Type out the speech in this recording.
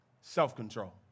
self-control